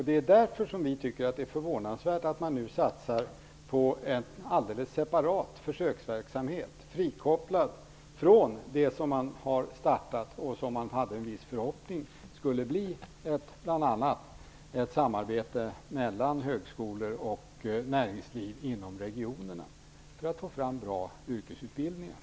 Det är därför som vi tycker att det är förvånansvärt att man nu satsar på en separat försöksverksamhet som är frikopplad från det som man har startat och som man hade en viss förhoppning om skulle bli ett samarbete mellan högskolor och näringsliv inom regionerna för att få fram bra yrkesutbildningar.